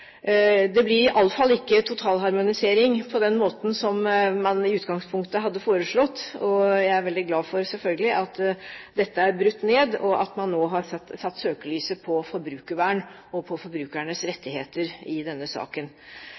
Det blir iallfall ikke totalharmonisering på den måten som man i utgangspunktet hadde foreslått, og jeg er selvfølgelig veldig glad for at dette er brutt ned, og at man nå har satt søkelyset på forbrukervern og på forbrukernes rettigheter i denne saken.